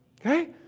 Okay